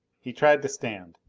he tried to stand.